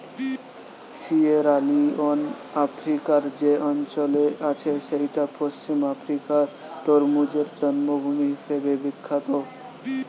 Sierra Leone আফ্রিকার যে অঞ্চলে আছে সেইটা পশ্চিম আফ্রিকার তরমুজের জন্মভূমি হিসাবে বিখ্যাত